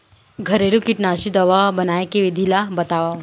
घरेलू कीटनाशी दवा बनाए के विधि ला बतावव?